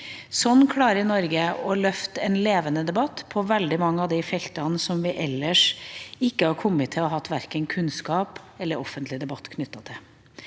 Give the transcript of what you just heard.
Sånn klarer Norge å få en levende debatt på veldig mange av de feltene som vi ellers ikke hadde hatt verken kunnskap eller offentlig debatt knyttet til.